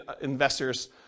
investors